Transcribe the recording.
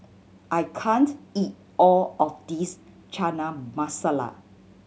I can't eat all of this Chana Masala